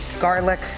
Garlic